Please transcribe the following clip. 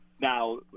Now